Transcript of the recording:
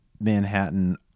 Manhattan